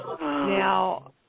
Now